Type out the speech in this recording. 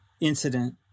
incident